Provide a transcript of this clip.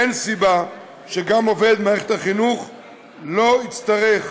אין סיבה שגם עובד מערכת החינוך לא יצטרך,